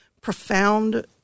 profound